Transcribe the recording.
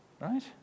right